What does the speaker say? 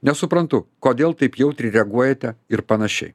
nesuprantu kodėl taip jautriai reaguojate ir panašiai